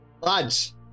Lads